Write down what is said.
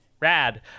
rad